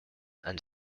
and